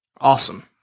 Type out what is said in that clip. Awesome